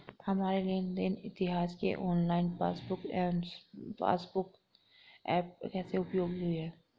हमारे लेन देन इतिहास के online passbook m passbook app कैसे उपयोगी है?